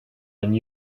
and